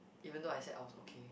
even though I said I was okay